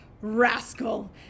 Rascal